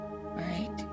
right